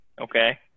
Okay